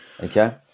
okay